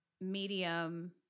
medium